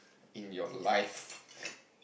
in your life